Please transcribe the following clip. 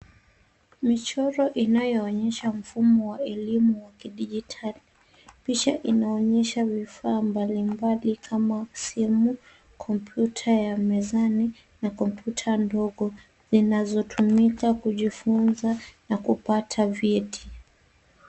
Michoro inayoonyesha mfumo wa elimu wa kidijitali. Picha inayoonyesha vifaa mbalimbali kama simu, kompyuta ya mezani na kompyuta ndogo zinazotumika kujifunza na kupata vyeti.